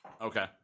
Okay